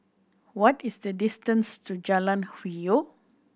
what is the distance to Jalan Hwi Yoh